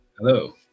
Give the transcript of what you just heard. Hello